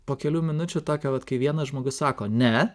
po kelių minučių tokia vat kai vienas žmogus sako ne